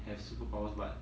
have superpower but